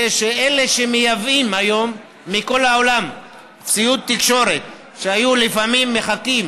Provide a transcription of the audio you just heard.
זה שאלה שמייבאים היום מכל העולם ציוד תקשורת היו לפעמים מחכים